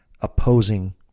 opposing